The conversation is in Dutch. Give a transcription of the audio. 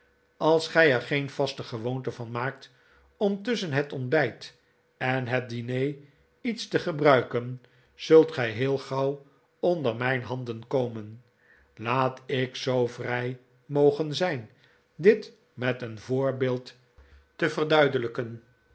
als gij er geen vaste gewoonte van maakt om tusschen het ontbijt en het diner iets te gebruiken zult gij heel gauw onder mijn handen komen laat ik zoo vrij mogen zijn dit met een voorbeeld te verduidelijken